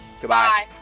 Goodbye